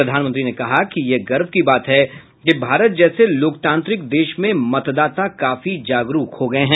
प्रधानमंत्री ने कहा कि यह गर्व की बात है कि भारत जैसे लोकतांत्रिक देश में मतदाता काफी जागरुक हो गए हैं